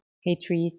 hatred